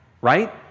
right